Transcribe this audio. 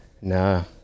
no